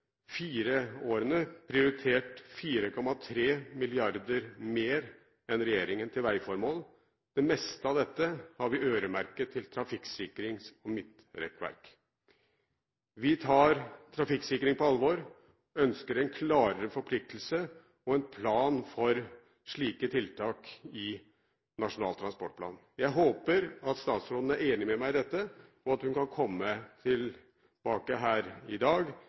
fire årene prioritert 4,3 mrd. kr mer enn regjeringen til veiformål. Det meste av dette har vi øremerket til trafikksikring og midtrekkverk. Vi tar trafikksikring på alvor og ønsker en klarere forpliktelse og en plan for slike tiltak i Nasjonal transportplan. Jeg håper at statsråden er enig med meg i dette, og at hun kan komme tilbake her i dag